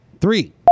three